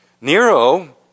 Nero